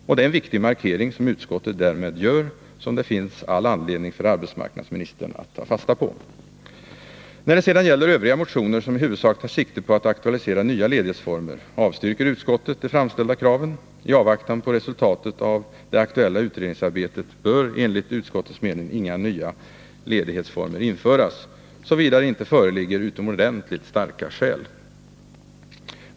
Det är en viktig markering som utskottet därmed gör och som det finns all anledning för arbetsmarknadsministern att ta fasta på. När det sedan gäller övriga motioner, som i huvudsak tar sikte på att aktualisera nya ledighetsformer, avstyrker utskottet de framställda kraven. I avvaktan på resultatet av det aktuella utredningsarbetet bör enligt utskottets mening inga nya ledighetsformer införas, såvida det inte föreligger utomordentligt starka skäl.